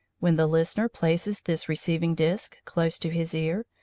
when the listener places this receiving disc close to his ear,